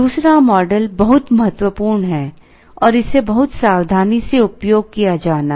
दूसरा मॉडल बहुत महत्वपूर्ण है और इसे बहुत सावधानी से उपयोग किया जाना है